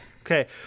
Okay